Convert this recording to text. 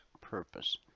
purpose